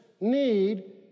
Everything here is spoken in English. need